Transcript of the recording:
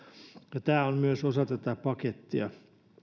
tämä on myös osa tätä pakettia